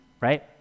right